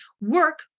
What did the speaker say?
work